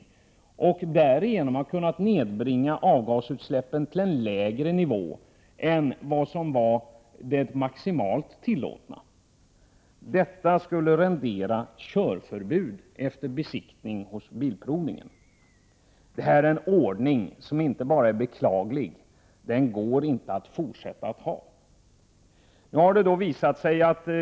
På detta sätt har ledamoten kunnat nedbringa avgasutsläppen till en lägre nivå än vad som var maximalt tillåtet — och detta skall rendera körförbud efter besiktning hos Svensk bilprovning! Det här är inte bara en beklaglig ordning utan det här är också en ordning som man inte kan få fortsätta med.